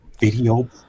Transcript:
video